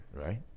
right